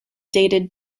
dated